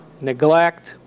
neglect